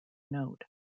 note